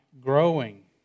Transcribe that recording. growing